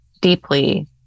deeply